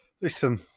Listen